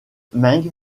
meng